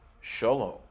Shalom